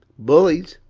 buuies?